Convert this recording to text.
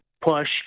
push